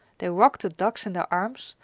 they rocked the ducks in their arms,